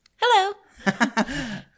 Hello